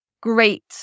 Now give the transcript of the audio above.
great